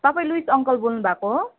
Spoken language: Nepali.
तपाईँ लुईस अङ्कल बोल्नुभएको हो